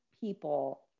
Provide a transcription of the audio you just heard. people